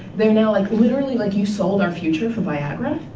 they're now like, literally like you sold our future for viagra?